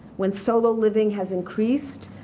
when solo living has increased,